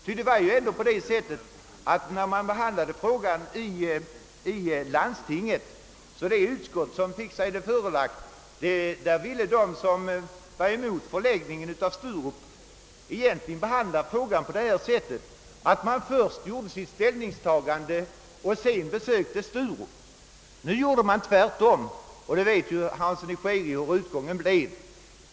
I det utskott som fick sig frågan förelagd när den behandlades av landstinget ville nämligen de som var mot förläggningen till Sturup, att man först skulle ta ställning och sedan besöka Sturup. Nu gjorde man tvärtom, och herr Hansson i Skegrie vet hur utgången blev.